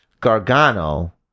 Gargano